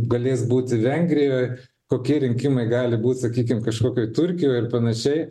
galės būti vengrijoj kokie rinkimai gali būt sakykim kažkokioj turkijoj ir panašiai